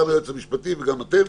גם היועץ המשפטי וגם אתם.